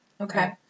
Okay